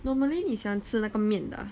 normally 你喜欢吃那个面的啊